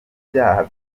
ibyaha